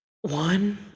one